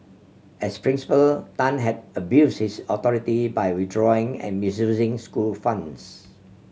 as principal Tan had abuse his authority by withdrawing and misusing school funds